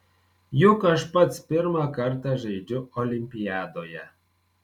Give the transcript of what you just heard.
juk aš pats pirmą kartą žaidžiu olimpiadoje